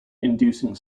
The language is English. inducing